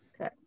Okay